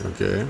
okay